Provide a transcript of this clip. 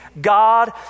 God